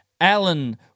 Alan